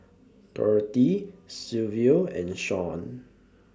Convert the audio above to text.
Dorathy Silvio and Shaun